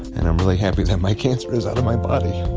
and i'm really happy that my cancer is out of my body. i